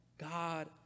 God